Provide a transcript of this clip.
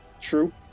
true